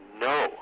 No